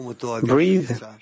Breathe